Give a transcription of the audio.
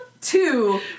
Two